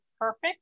perfect